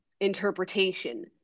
interpretation